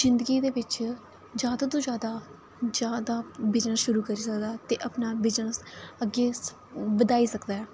जिंदगी दे बिच जैदा तूं जैदा जैदा बिजेनस शुरू करी सकदा ते अपना बिजनेस अग्गें बधाई सकदा ऐ